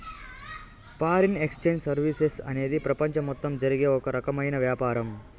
foreign exchange services అనేది ప్రపంచం మొత్తం జరిగే ఓ రకమైన వ్యాపారం